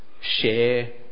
share